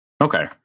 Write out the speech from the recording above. Okay